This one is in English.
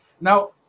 Now